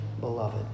beloved